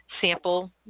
Sample